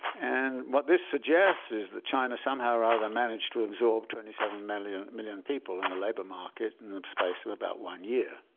and what this suggests is that china somehow or other managed to absorb twenty seven million million people in the labor market in the space of about one year.